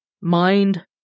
mind